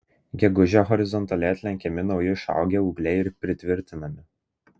gegužę horizontaliai atlenkiami nauji išaugę ūgliai ir pritvirtinami